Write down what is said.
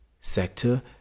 sector